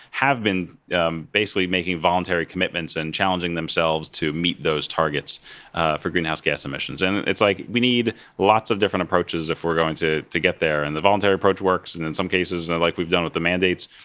have been um basically making voluntary commitments and challenging themselves to meet those targets for greenhouse gas emissions. and it's like, we need lots of different approaches if we're going to to get there, and the voluntary approach works, and in some cases and like we've done with the mandates,